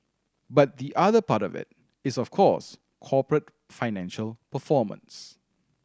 but the other part of it it's of course corporate financial performance